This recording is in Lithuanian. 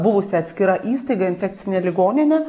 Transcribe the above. buvusi atskira įstaiga infekcinė ligoninė